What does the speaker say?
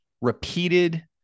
repeated